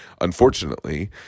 unfortunately